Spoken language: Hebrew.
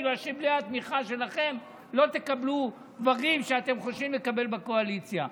בגלל שבלי התמיכה שלכם לא תקבלו דברים שאתם חושבים לקבל בקואליציה.